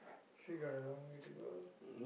still got a long way to go